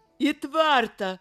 į tvartą